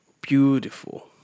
beautiful